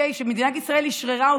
שמדינת ישראל אשררה אותה,